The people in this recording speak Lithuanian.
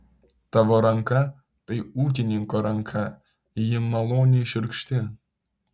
tavo ranka tai ūkininko ranka ji maloniai šiurkšti